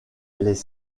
les